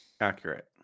accurate